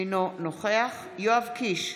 אינו נוכח יואב קיש,